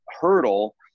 hurdle